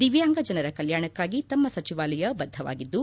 ದಿವ್ಯಾಂಗ ಜನರ ಕಲ್ಯಾಣಕ್ಕಾಗಿ ತಮ್ಮ ಸಚಿವಾಲಯ ಬದ್ದವಾಗಿದ್ದು